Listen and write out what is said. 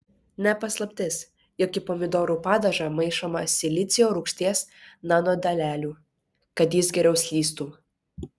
ne paslaptis jog į pomidorų padažą maišoma silicio rūgšties nanodalelių kad jis geriau slystų